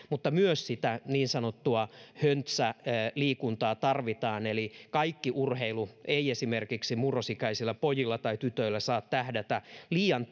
mutta myös sitä niin sanottua höntsäliikuntaa tarvitaan eli kaikki urheilu ei esimerkiksi murrosikäisillä pojilla tai tytöillä saa tähdätä liian